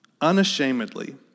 unashamedly